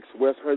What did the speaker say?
West